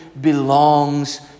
belongs